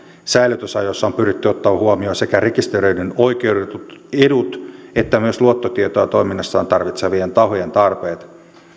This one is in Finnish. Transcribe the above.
säilytysajoissa on pyritty ottamaan huomioon sekä rekisteröidyn oikeutetut edut että myös luottotietoja toiminnassaan tarvitsevien tahojen tarpeet